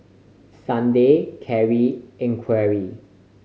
Sunday Cari and Enrique